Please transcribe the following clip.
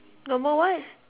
normal what